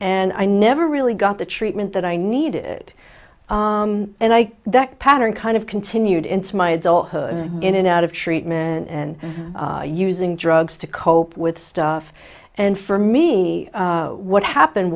and i never really got the treatment that i needed and i that pattern kind of continued into my adulthood in and out of treatment and using drugs to cope with stuff and for me what happened